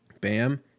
Bam